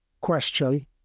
question